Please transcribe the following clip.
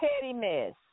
pettiness